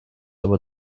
aber